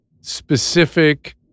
specific